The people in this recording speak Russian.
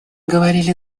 говорили